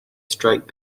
striped